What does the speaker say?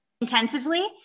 intensively